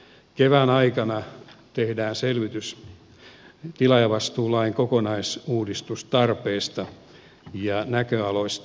kevään aikana tehdään selvitys tilaajavastuulain kokonaisuudistustarpeesta ja näköaloista